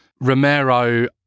Romero